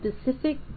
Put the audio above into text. specific